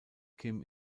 kim